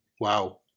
Wow